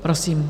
Prosím.